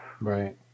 Right